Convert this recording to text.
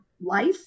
life